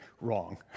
wrong